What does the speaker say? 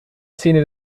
szene